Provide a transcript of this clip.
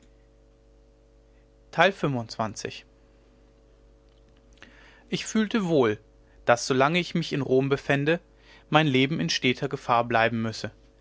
ich fühlte wohl daß solange ich mich in rom befände mein leben in steter gefahr bleiben müsse